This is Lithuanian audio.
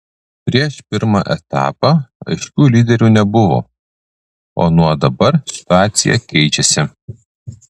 prieš pirmą etapą aiškių lyderių nebuvo o nuo dabar situacija keičiasi